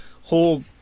whole